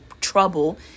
trouble